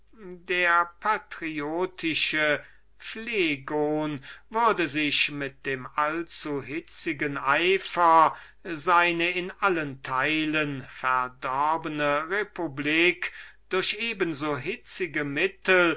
der tenne liegt der patriotische phlegon würde sich durch den allzuhitzigen eifer seine in allen teilen verdorbene republik auf einmal durch eben so hitzige mittel